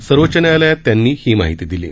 सर्वोच्च न्यायालयात त्यांनी ही माहिती दिली आहे